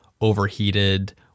overheated